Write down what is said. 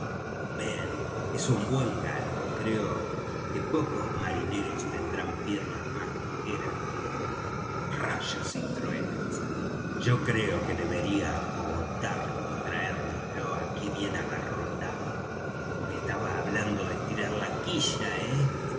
ben es un buen galgo creo que pocos marineros tendrán piernas más ligeras que él rayos y truenos yo creo que debería acogotarlo y traérnoslo aquí bien agarrotado con que estaba hablando de estirar la quilla eh